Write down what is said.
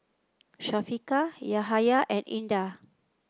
Syafiqah Yahaya and Indah